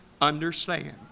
understand